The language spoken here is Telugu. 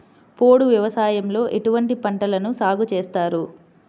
పోడు వ్యవసాయంలో ఎటువంటి పంటలను సాగుచేస్తారు?